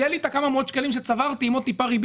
יהיה לי את כמה מאות השקלים שצברתי עם עוד מעט ריבית